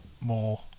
more